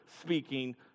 speaking